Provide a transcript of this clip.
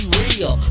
real